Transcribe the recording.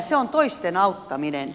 se on toisten auttaminen